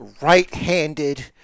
right-handed